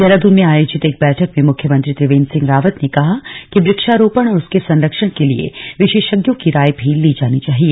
देहरादून में आयोजित एक बैठक में मुख्यमंत्री त्रिवेन्द्र सिंह रावत ने कहा कि वृक्षारोपण और उसके संरक्षण के लिए विशेषज्ञों की राय भी ली जानी चाहिए